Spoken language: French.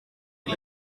est